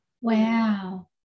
Wow